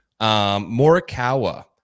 Morikawa